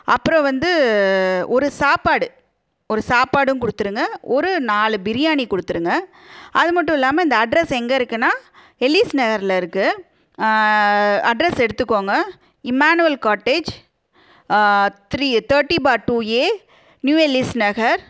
அப்புறம் வந்து ஒரு சாப்பாடு ஒரு சாப்பாடும் ஒரு நாலு பிரியாணி கொடுத்துருங்க அது மட்டும் இல்லாமல் இந்த அட்ரஸ் எங்கே இருக்குதுன்னா எலிஸ் நகர்ல இருக்குது அட்ரஸ் எடுத்துக்கோங்கள் Emmanuel cottage three thirty four two a new Ellis Nagar